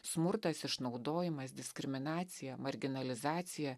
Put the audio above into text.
smurtas išnaudojimas diskriminacija marginalizacija